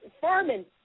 farming